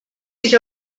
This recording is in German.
sich